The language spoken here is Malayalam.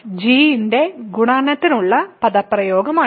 f g ന്റെ ഗുണകത്തിനുള്ള പദപ്രയോഗമാണിത്